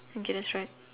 okay let's try